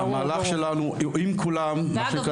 --- המהלך שלנו עם כולנו --- ואגב,